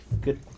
Good